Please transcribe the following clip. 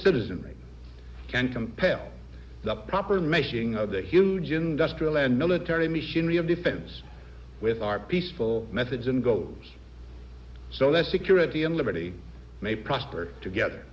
citizenry can compare the proper making of the huge industrial and military machinery of the pins with our peaceful methods in goby so as security and liberty may prosper together